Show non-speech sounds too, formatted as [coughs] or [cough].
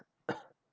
[coughs]